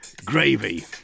Gravy